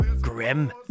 grim